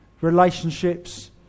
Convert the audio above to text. relationships